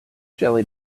jelly